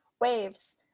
waves